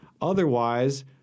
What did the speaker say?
Otherwise